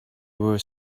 were